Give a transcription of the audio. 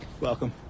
Welcome